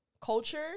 culture